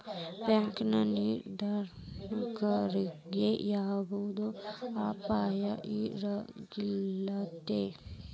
bank ನಿಯಂತ್ರಣದಾಗಿದ್ರ ಯವ್ದ ಅಪಾಯಾ ಇರಂಗಿಲಂತ್